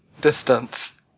distance